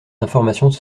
informations